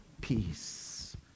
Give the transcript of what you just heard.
peace